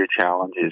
challenges